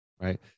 right